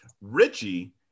Richie